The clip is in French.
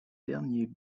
derniers